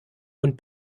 und